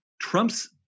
Trump's